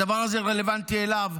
הדבר הזה רלוונטי אליו,